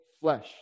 flesh